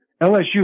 LSU